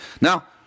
Now